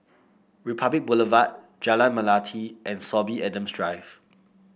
Republic Boulevard Jalan Melati and Sorby Adams Drive